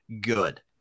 good